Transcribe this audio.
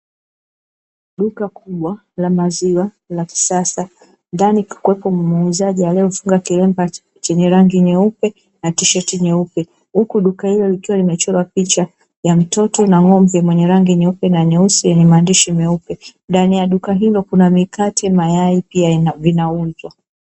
Duka kubwa la maziwa la kisasa, ndani kukiwepo, muuzaji aliyejifunga kilemba chenye rangi nyeupe na tisheti nyeupe, huku duka hilo ikiwa na picha ya mtoto na ng'ombe mwenye rangi nyeupe na nyeusi, yenye maandishi meupe. Ndani ya duka hilo kuna mikate, mayai pia vinauzwa.